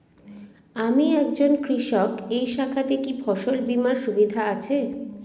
আমি একজন কৃষক এই শাখাতে কি ফসল বীমার সুবিধা আছে?